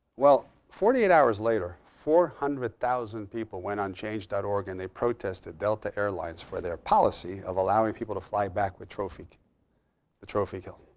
well, forty eight hours later, four hundred thousand people went on change dot org and they protested delta airlines for their policy of allowing people to fly back with the trophy killed.